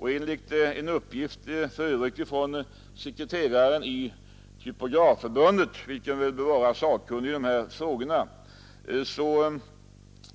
Enligt en uppgift från sekreteraren i Typografförbundet, vilken bör vara sakkunnig i dessa frågor,